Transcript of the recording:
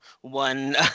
one